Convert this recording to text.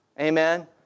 amen